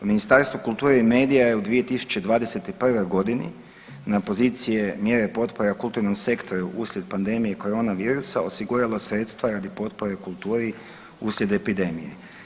Ministarstvo kulture i medija je u 2021. godini na pozicije mjere potpora kulturnom sektoru uslijed pandemije korona virusa osiguralo sredstva radi potpore kulturi uslijed epidemije.